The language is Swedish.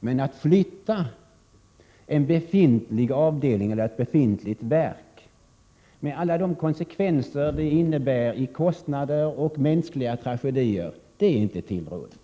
Men att flytta en befintlig avdelning eller ett befintligt verk — med alla de konsekvenser som det innebär i form av kostnader och mänskliga tragedier — är inte tillrådligt.